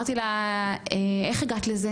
ושאלתי אותה איך היא הגיעה לזה